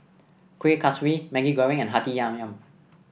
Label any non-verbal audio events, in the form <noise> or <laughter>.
Kueh Kaswi Maggi Goreng and Hati <unintelligible>